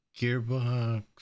Gearbox